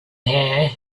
hair